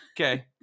okay